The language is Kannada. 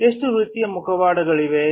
ಎಷ್ಟು ರೀತಿಯ ಮುಖವಾಡಗಳಿವೆ